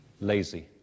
lazy